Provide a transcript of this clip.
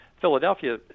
Philadelphia